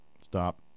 Stop